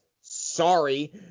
Sorry